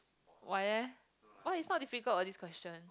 why eh why it's not difficult [what] this question